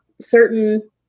certain